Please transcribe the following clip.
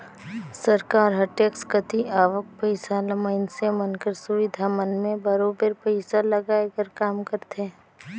सरकार हर टेक्स कती आवक पइसा ल मइनसे मन कर सुबिधा मन में बरोबेर पइसा लगाए कर काम करथे